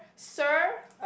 sir